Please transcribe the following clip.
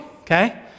Okay